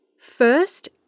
first